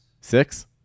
Six